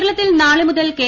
കേരളത്തിൽ നാളെ മുതൽ കെ